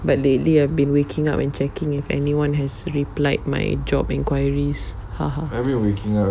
but lately I've been waking up and checking if anyone has replied my job inquiries